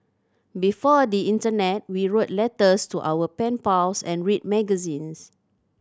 before the internet we wrote letters to our pen pals and read magazines